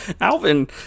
Alvin